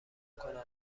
کنم